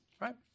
Right